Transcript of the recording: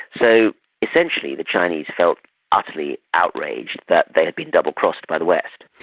so essentially the chinese felt utterly outraged that they had been double-crossed by the west.